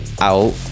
out